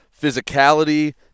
physicality